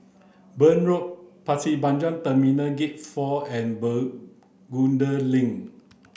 Burn Road Pasir Panjang Terminal Gate four and Bencoolen Link